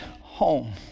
home